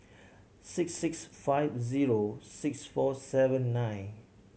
six six five zero six four seven nine